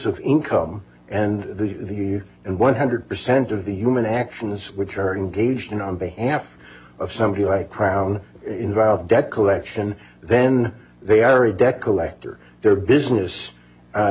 of income and the and one hundred percent of the human actions which are engaged in on behalf of something like crown involved debt collection then they are a debt collector their business